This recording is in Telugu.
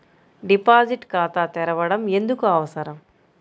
డిపాజిట్ ఖాతా తెరవడం ఎందుకు అవసరం?